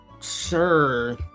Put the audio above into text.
Sure